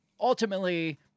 ultimately